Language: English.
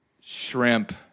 shrimp